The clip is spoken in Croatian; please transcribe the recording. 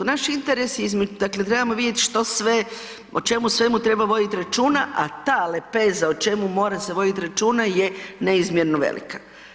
Naš interes je, dakle trebamo vidjet što sve, o čemu svemu treba vodit računa, a ta lepeza o čemu mora se vodit računa je neizmjerno velika.